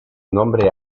nombre